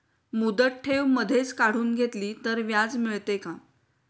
मुदत ठेव मधेच काढून घेतली तर व्याज मिळते का?